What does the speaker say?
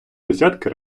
десятки